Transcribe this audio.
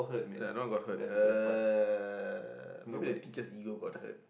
ya no one got hurt uh maybe the teacher's ego got hurt